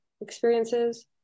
experiences